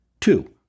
Two